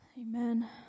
Amen